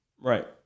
Right